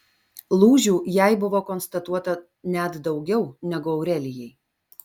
lūžių jai buvo konstatuota net daugiau negu aurelijai